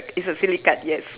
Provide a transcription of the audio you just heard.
it's a silly card yes